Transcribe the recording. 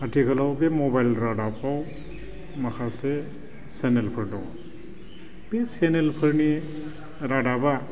आथिखालाव बे मबाइल रादाबाव माखासे चेनेलफोर दङ बे चेनेलफोरनि रादाबा